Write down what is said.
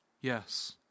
Yes